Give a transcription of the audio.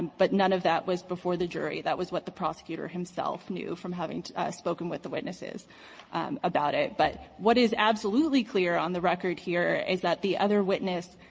but none of that was before the jury. that was what the prosecutor himself knew from having spoken with the witnesses about it. but what is absolutely clear on the record here is that the other witness,